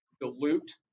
dilute